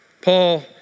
Paul